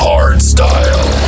Hardstyle